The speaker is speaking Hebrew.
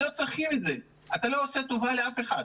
לא צריך את זה, אתה לא עושה טובה לאף אחד.